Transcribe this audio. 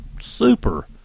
super